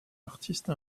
artiste